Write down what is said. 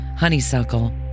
Honeysuckle